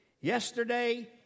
Yesterday